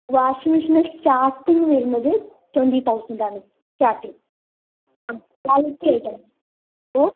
washing മെഷീന് starting വരുന്നത് twenty thousand ആണ് സ്റ്റാർട്ടിങ്ങ് ക്വാളിറ്റി ഐറ്റം ആണ് ഓഹ്